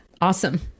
Awesome